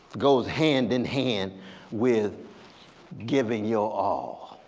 goes hand in hand with giving your all,